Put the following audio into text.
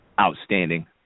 outstanding